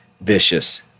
vicious